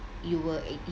you will